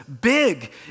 big